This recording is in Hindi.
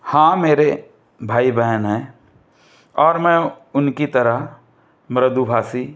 हाँ मेरे भाई बहन हैं और मैं उनकी तरह मृदुभाषी